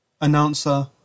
Announcer